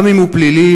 גם אם הוא פלילי,